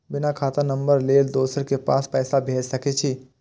बिना खाता नंबर लेल दोसर के पास पैसा भेज सके छीए?